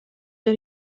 der